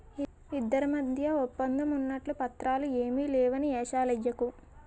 ఇద్దరి మధ్య ఒప్పందం ఉన్నట్లు పత్రాలు ఏమీ లేవని ఏషాలెయ్యకు